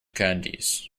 candies